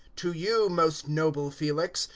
to you, most noble felix,